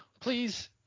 Please